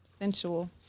sensual